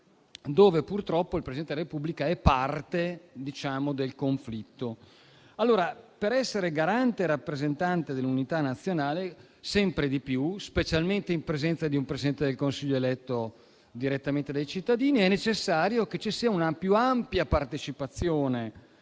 dove il Presidente è parte del conflitto. Per essere garante e rappresentante dell'unità nazionale, sempre di più, specialmente in presenza di un Presidente del Consiglio eletto direttamente dai cittadini, è quindi necessario che ci siano una più ampia partecipazione